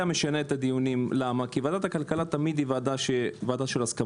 משנה את הדיונים כי ועדת הכלכלה היא ועדה של הסכמות.